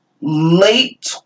late